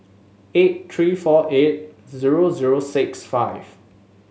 eight three four eight zero zero six five